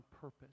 purpose